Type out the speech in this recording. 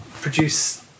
produce